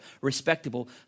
respectable